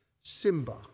Simba